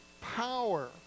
power